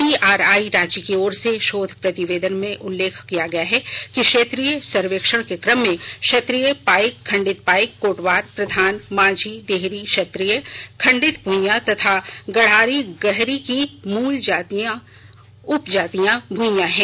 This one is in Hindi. टीआरआई रांची की ओर से शोध प्रतिवेदन में उल्लेख किया गया है कि क्षेत्रीय सर्वेक्षण के क्रम में क्षत्रीय पाईक खंडित पाईक कोटवार प्रधान मांझी देहरी क्षत्रीय खंडित भुईयां तथा गड़ाही गहरी की मूल जाति भुईयां है